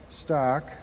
stock